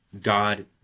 god